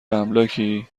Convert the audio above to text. املاکی